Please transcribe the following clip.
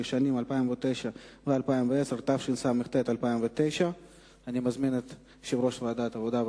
מהשעה 08:00 אנחנו יושבים עם נציגי המוסד לביטוח לאומי